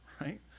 right